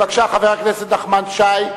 בבקשה, חבר הכנסת נחמן שי.